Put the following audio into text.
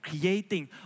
creating